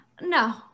No